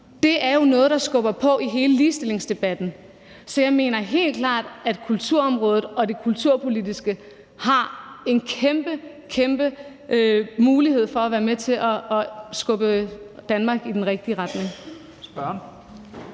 Det er jo noget, der skubber på i hele ligestillingsdebatten. Så jeg mener helt klart, at kulturområdet og det kulturpolitiske har en kæmpe mulighed for at være med til at skubbe Danmark i den rigtige retning.